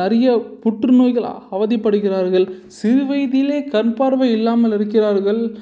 நிறைய புற்று நோய்கள் அவதிப்படுகிறார்கள் சிறு வயதிலே கண்பார்வை இல்லாமல் இருக்கிறார்கள்